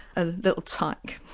a little tyke.